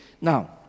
Now